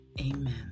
Amen